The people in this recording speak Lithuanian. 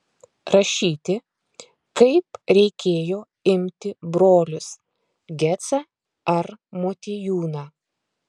rašyti kaip reikėjo imti brolius gecą ar motiejūną